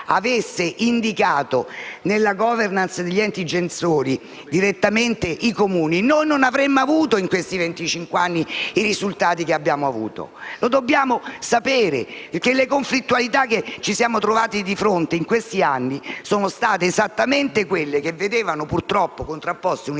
avesse indicato, nella *governance* degli enti gestori, direttamente i Comuni, non avremmo avuto in questi venticinque anni i risultati che sappiamo. Dobbiamo riconoscerlo: le conflittualità che ci siamo trovati di fronte in questi anni sono state esattamente quelle che vedevano, purtroppo, contrapposte un'idea